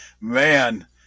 Man